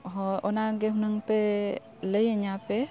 ᱦᱳᱭ ᱚᱱᱟᱜᱮ ᱦᱩᱱᱟᱹᱝᱯᱮ ᱞᱟᱹᱭ ᱟᱹᱧᱟᱹᱯᱮ